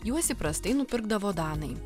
juos įprastai nupirkdavo danai